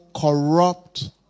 corrupt